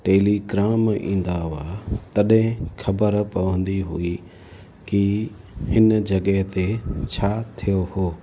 Telegram ईंदा हुआ तॾहिं ख़बरु पवंदी हुई की हिन जॻहि ते छा थियो हो